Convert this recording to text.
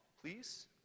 please